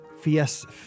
fiesta